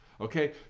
Okay